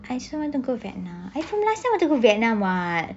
I also want to go vietnam I from last time want to go vietnam [what]